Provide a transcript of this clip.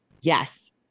Yes